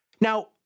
Now